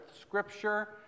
Scripture